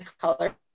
color